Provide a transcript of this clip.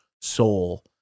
soul